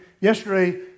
yesterday